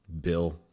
Bill